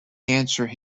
answer